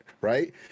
right